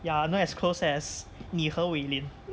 ya not as close as 你和 wei lin